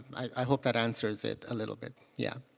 i hope that answers it a little bit. yeah.